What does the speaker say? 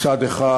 מצד אחד,